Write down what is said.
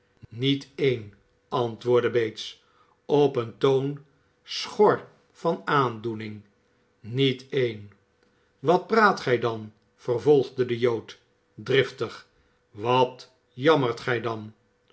niet een antwoordde bates op een toon schor van aandoening niet een wat praat gij dan vervolgde de jood driftig wat jammert gij dan